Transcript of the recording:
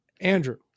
Andrew